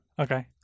Okay